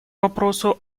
вопросу